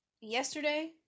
yesterday